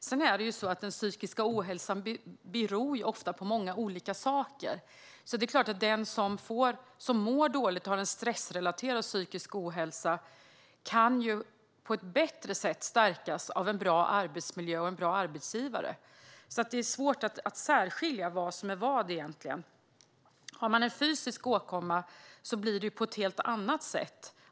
Sedan beror psykisk ohälsa ofta på många olika saker, så det är klart att den som mår dåligt och har en stressrelaterad psykisk ohälsa kan på ett bättre sätt stärkas av en bra arbetsmiljö och en bra arbetsgivare. Det är svårt att särskilja vad som är vad egentligen. Om man har en fysisk åkomma blir det ju på ett helt annat sätt.